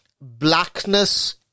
blackness